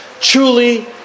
Truly